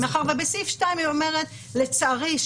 מאחר ובסעיף 2 היא אומרת: "לצערי,